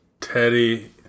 Teddy